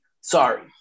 Sorry